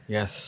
Yes